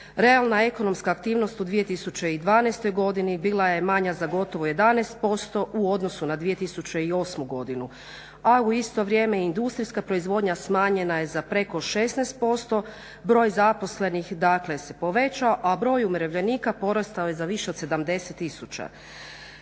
Realna ekonomska aktivnost u 2012.godini bila je manja za gotovo 11% u odnosu na 2008.godinu, a u isto vrijeme industrijska proizvodnja smanjena je za preko 16%, broj zaposlenih se povećao, a broj umirovljenika porastao je za više od 70